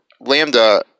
lambda